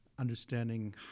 understanding